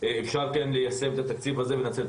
אפשר ליישם את התקציב הזה ולנצל אותו.